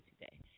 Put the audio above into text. today